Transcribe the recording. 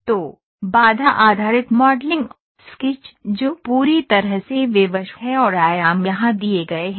तो कौनट्न आधारित मॉडलिंग स्केच जो पूरी तरह से विवश है और आयाम यहां दिए गए हैं